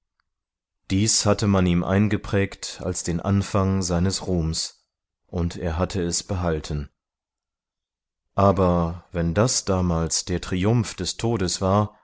dies hatte man ihm eingeprägt als den anfang seines ruhms und er hatte es behalten aber wenn das damals der triumph des todes war